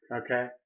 Okay